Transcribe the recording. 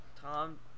Tom